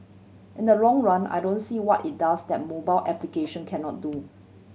in the long run I don't see what it does that mobile application cannot do